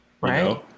Right